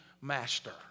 master